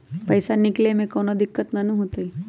पईसा निकले में कउनो दिक़्क़त नानू न होताई?